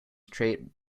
trait